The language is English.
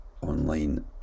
online